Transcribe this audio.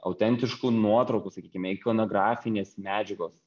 autentiškų nuotraukų sakykime ikonografinės medžiagos